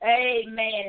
Amen